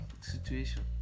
situation